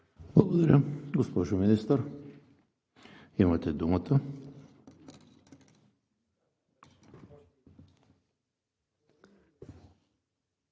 Благодаря Ви, госпожо Министър. Имате думата